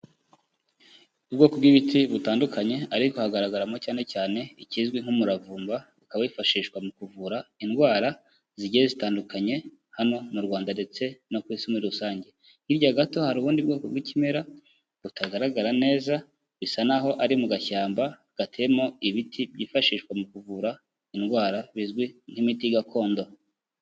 Ubwoko bw'ibiti butandukanye, ariko hagaragaramo cyane cyane ikizwi nk'umuravumba, ukaba wifashishwa mu kuvura indwara zigiye zitandukanye hano mu Rwanda ndetse no ku isi muri rusange. Hirya gato hari ubundi bwoko bw'ikimera butagaragara neza, bisa naho ari mu gashyamba gateyemo ibiti byifashishwa mu kuvura indwara, bizwi nk'imiti gakondo.